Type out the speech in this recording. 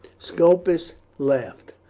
scopus laughed.